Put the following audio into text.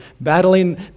battling